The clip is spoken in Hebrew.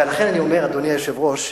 ולכן אני אומר, אדוני היושב-ראש,